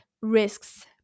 risks